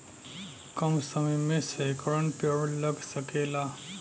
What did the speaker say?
कम समय मे सैकड़न पेड़ लग सकेला